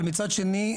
אבל מצד שני,